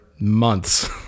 months